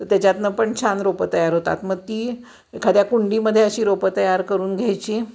तर त्याच्यातून पण छान रोपं तयार होतात मग ती एखाद्या कुंडीमध्ये अशी रोपं तयार करून घ्यायची